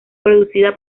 producida